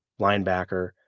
linebacker